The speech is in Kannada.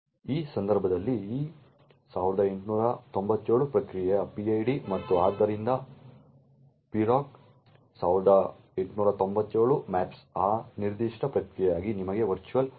ಈ ಸಂದರ್ಭದಲ್ಲಿ ಈ 1897 ಪ್ರಕ್ರಿಯೆಯ PID ಮತ್ತು ಆದ್ದರಿಂದ proc 1897 maps ಆ ನಿರ್ದಿಷ್ಟ ಪ್ರಕ್ರಿಯೆಗಾಗಿ ನಿಮಗೆ ವರ್ಚುವಲ್ ವಿಳಾಸ ಸ್ಥಳವನ್ನು ನೀಡುತ್ತದೆ